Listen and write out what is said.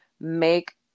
make